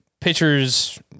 pitchers